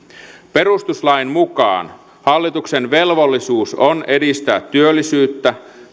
perustuslain mukaan hallituksen velvollisuus on edistää työllisyyttä